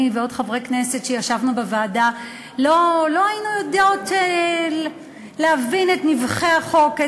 אני ועוד חברי כנסת שישבו בוועדה לא היינו יודעות להבין את נבכי החוק,